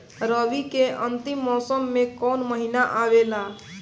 रवी के अंतिम मौसम में कौन महीना आवेला?